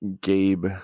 Gabe